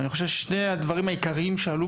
אני חושב ששני הדברים העיקריים שעלו